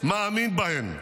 מאמין בהן.